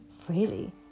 freely